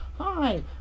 hi